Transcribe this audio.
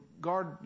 guard